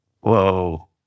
Whoa